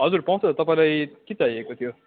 हजुर पाउँछ तपाईँलाई के चाहिएको थियो